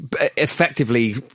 effectively